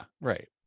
right